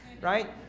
right